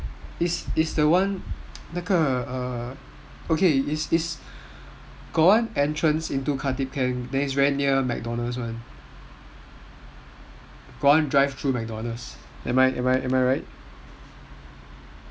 it's the one 那个 okay it's it's got one entrance into khatib camp then it's very near mcdonald's [one] got one drive through mcdonald's am I right